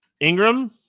Ingram